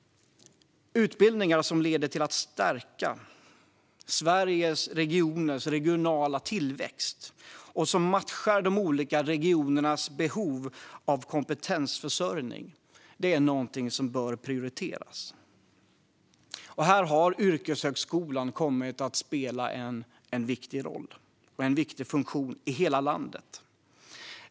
Utbildningar som leder till att stärka Sveriges regionala tillväxt och som matchar de olika regionernas behov av kompetensförsörjning är något som bör prioriteras. Här har yrkeshögskolan kommit att spela en viktig roll och ha en viktig funktion i hela landet.